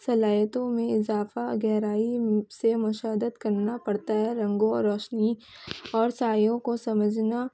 صلاحیتوں میں اضافہ گہرائی سے مشاہدہ کرنا پڑتا ہے رنگوں اور روشنی اور سایوں کو سمجھنا